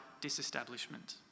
disestablishment